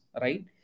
right